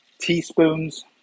teaspoons